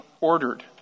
ordered